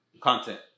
content